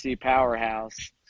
powerhouse